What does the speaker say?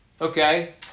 Okay